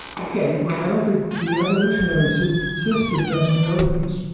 ok, well, i don't think the evolutionary system doesn't know these,